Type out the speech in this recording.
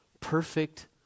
perfect